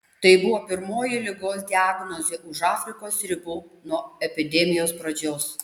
tai buvo pirmoji ligos diagnozė už afrikos ribų nuo epidemijos pradžios